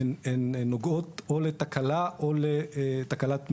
הן נוגעות או לתקלה או לתקלת מדידה.